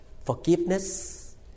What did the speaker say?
forgiveness